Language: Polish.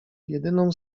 jedyną